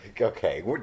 Okay